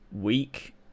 week